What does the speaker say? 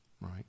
right